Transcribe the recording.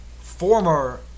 former